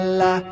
la